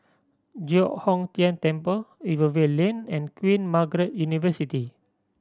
Giok Hong Tian Temple Rivervale Lane and Queen Margaret University